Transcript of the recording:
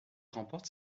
remporte